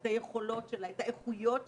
את היכולות שלה ואת האיכויות שלה,